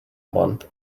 month